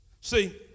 See